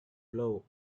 blow